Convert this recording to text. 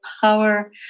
power